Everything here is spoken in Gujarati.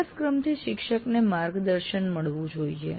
અભ્યાસક્રમથી શિક્ષકને માર્ગદર્શન મળવું જોઈએ